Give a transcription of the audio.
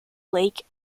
lake